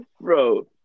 Bro